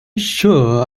sure